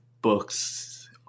books